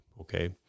okay